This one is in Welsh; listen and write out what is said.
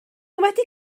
wedi